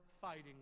fighting